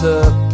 up